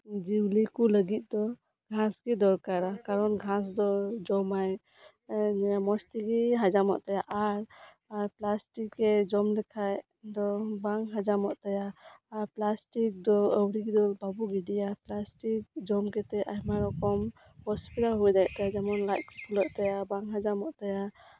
ᱡᱤᱭᱟᱹᱞᱤᱠᱚ ᱞᱟᱹᱜᱤᱫ ᱛᱮ ᱜᱷᱟᱸᱥᱜᱮ ᱫᱚᱨᱠᱟᱨᱟ ᱠᱟᱨᱚᱱ ᱜᱷᱟᱸᱥᱫᱚ ᱡᱚᱢᱟᱭ ᱢᱚᱸᱡᱽ ᱛᱮᱜᱮ ᱦᱚᱡᱚᱢᱚᱜ ᱛᱟᱭᱟ ᱟᱨ ᱯᱞᱟᱥᱴᱤᱠᱮ ᱡᱚᱢ ᱞᱮᱠᱷᱟᱱ ᱫᱚ ᱵᱟᱝ ᱦᱚᱡᱚᱢᱚᱜ ᱛᱟᱭᱟ ᱟᱨ ᱯᱞᱟᱥᱴᱤᱠ ᱫᱚ ᱟᱹᱛᱷᱣᱲᱤ ᱜᱮᱫᱚ ᱵᱟᱵᱚ ᱜᱤᱰᱤᱭᱟ ᱯᱞᱟᱥᱴᱤᱠ ᱡᱚᱢᱠᱟᱛᱮᱫ ᱟᱭᱢᱟ ᱨᱚᱠᱚᱢ ᱚᱥᱩᱵᱤᱫᱷᱟ ᱦᱳᱭ ᱫᱟᱲᱮᱭᱟᱜ ᱛᱟᱭᱟ ᱡᱮᱢᱚᱱ ᱞᱟᱡ ᱠᱚ ᱯᱷᱩᱞᱟᱹᱜ ᱛᱟᱭᱟ ᱵᱟᱝ ᱦᱚᱡᱚᱢᱚᱜ ᱛᱟᱭᱟ